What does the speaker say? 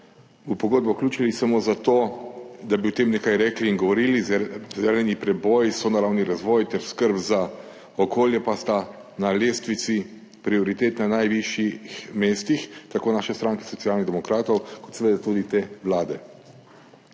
v pogodbo vključili samo zato, da bi o tem nekaj rekli in govorili. Zeleni preboj, sonaravni razvoj ter skrb za okolje so na lestvici prioritet na najvišjih mestih tako naše stranke Socialnih demokratov kot seveda tudi te vlade.